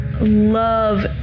love